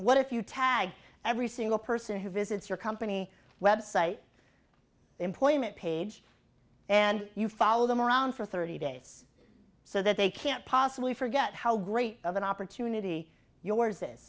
you tag every single person who visits your company website employment page and you follow them around for thirty days so that they can't possibly forget how great of an opportunity yours